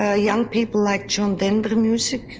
ah young people like john denver music,